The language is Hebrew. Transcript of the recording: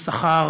של שכר,